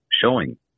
showing